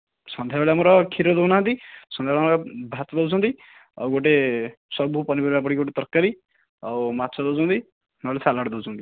ସନ୍ଧ୍ୟାବେଳେ ଆମର କ୍ଷୀର ଦେଉନାହାନ୍ତି ସନ୍ଧ୍ୟାବେଳେ ଆମର ଭାତ ଦେଉଛନ୍ତି ଆଉ ଗୋଟେ ସବୁ ପନିପରିବା ପଡ଼ିକି ଗୋଟେ ତରକାରୀ ଆଉ ମାଛ ଦେଉଛନ୍ତି ନହେଲେ ସାଲାଡ଼ ଦେଉଛନ୍ତି